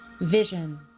vision